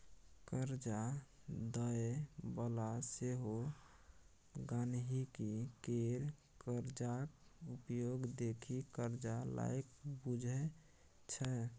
करजा दय बला सेहो गांहिकी केर करजाक उपयोग देखि करजा लायक बुझय छै